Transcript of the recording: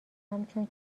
همچون